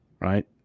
right